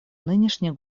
нынешний